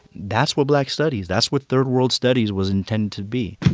that's what black studies, that's what third world studies was intended to be